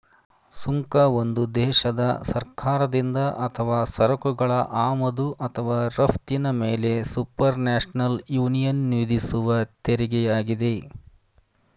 ಸುಂಕ ಒಂದು ದೇಶದ ಸರ್ಕಾರದಿಂದ ಅಥವಾ ಸರಕುಗಳ ಆಮದು ಅಥವಾ ರಫ್ತಿನ ಮೇಲೆಸುಪರ್ನ್ಯಾಷನಲ್ ಯೂನಿಯನ್ವಿಧಿಸುವತೆರಿಗೆಯಾಗಿದೆ